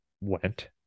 went